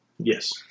Yes